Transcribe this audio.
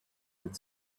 had